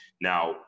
Now